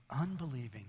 unbelieving